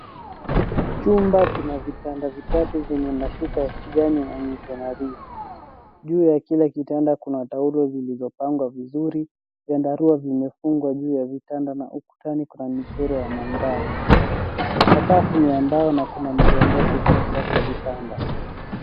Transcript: Chumba kina vitanda vitatu vyenye mashuka ya kijani na ni nadhifu. Juu ya kila kitanda kuna taulo zilizopangwa vizuri. Vyandarua vimefungwa juu ya vitanda na ukutani kuna michoro ya mandhari. Sakafu ni ya mbao na kuna meza ndogo katikati ya vitanda.